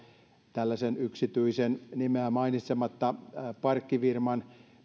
tällaisen yksityisen nimeä mainitsematta parkkifirman